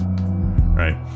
right